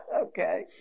Okay